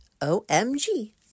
O-M-G